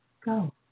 go